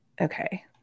Okay